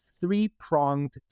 three-pronged